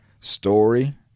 story